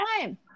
time